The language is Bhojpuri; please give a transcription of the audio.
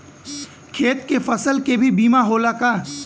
खेत के फसल के भी बीमा होला का?